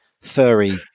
furry